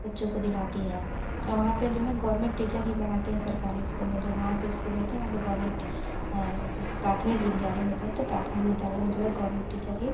बच्चों को दिलाती है वहाँ पर जो है गोवर्मेंट टीचर ही पढ़ाते हैं सरकारी स्कूल में जो गाँव के स्कूल होते हैं वहाँ पर गोवर्मेंट प्राथमिक विद्यालय होते हैं तो प्राथमिक विद्यालय में जो गोवर्मेंट टीचर ही